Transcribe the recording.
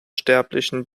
sterblichen